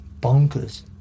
bonkers